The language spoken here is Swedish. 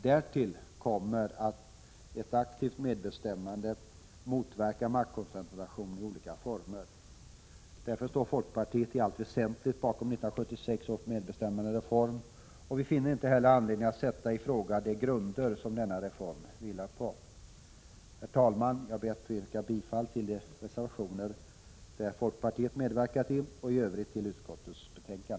Därtill kommer att ett aktivt medbestämmande motverkar maktkoncentration i olika former. Därför står folkpartiet i allt väsentligt bakom 1976 års medbestämmandereform, och vi finner inte heller anledning att sätta i fråga de grunder som denna reform vilar på. Herr talman! Jag ber att få yrka bifall till de reservationer som folkpartiet medverkat till och i övrigt till utskottets hemställan.